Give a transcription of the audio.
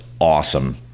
awesome